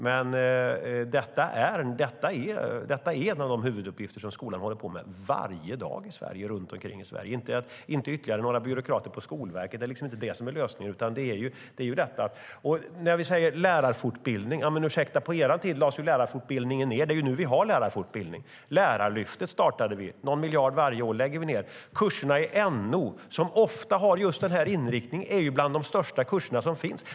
Men detta finns bland de huvuduppgifter som skolan håller på med varje dag runt omkring i Sverige. Några byråkrater ytterligare på Skolverket är liksom inte lösningen. Beträffande lärarfortbildningen: Ursäkta, men på er tid lades lärarfortbildningen ned. Det är nu vi har lärarfortbildning. Lärarlyftet startade vi, och någon miljard varje år lägger vi ned. Kurserna i NO, som ofta har just den här inriktningen, är bland de största kurser som finns.